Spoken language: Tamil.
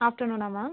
ஆஃப்டர்நூன்னா மேம்